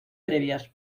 previas